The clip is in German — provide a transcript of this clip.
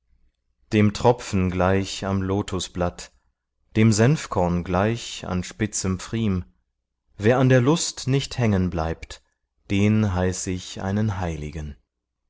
dem tropfen gleich am lotusblatt dem senfkorn gleich an spitzem pfriem wer an der lust nicht hängen bleibt den heiß ich einen heiligen